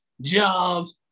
jobs